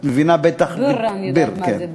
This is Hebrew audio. את מבינה מה זה, "ביר" אני יודעת מה זה.